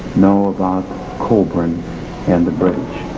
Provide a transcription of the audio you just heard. know about coelbren and the british.